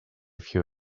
few